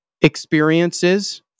experiences